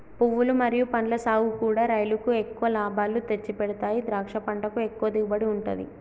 పువ్వులు మరియు పండ్ల సాగుకూడా రైలుకు ఎక్కువ లాభాలు తెచ్చిపెడతాయి ద్రాక్ష పంటకు ఎక్కువ దిగుబడి ఉంటది